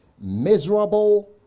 miserable